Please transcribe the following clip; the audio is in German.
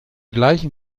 gleichen